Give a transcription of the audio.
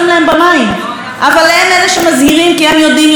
כי הם יודעים אולי יותר טוב מכולנו את המחיר של מלחמה.